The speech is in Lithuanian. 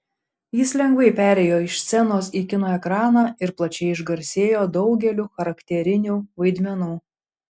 jis lengvai perėjo iš scenos į kino ekraną ir plačiai išgarsėjo daugeliu charakterinių vaidmenų